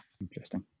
Interesting